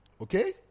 Okay